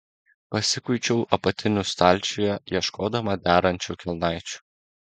pasikuičiau apatinių stalčiuje ieškodama derančių kelnaičių